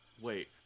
Wait